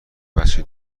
بچه